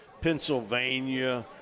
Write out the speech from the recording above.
Pennsylvania